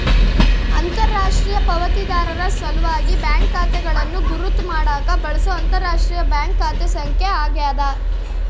ಅಂತರರಾಷ್ಟ್ರೀಯ ಪಾವತಿದಾರರ ಸಲ್ವಾಗಿ ಬ್ಯಾಂಕ್ ಖಾತೆಗಳನ್ನು ಗುರುತ್ ಮಾಡಾಕ ಬಳ್ಸೊ ಅಂತರರಾಷ್ಟ್ರೀಯ ಬ್ಯಾಂಕ್ ಖಾತೆ ಸಂಖ್ಯೆ ಆಗ್ಯಾದ